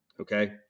okay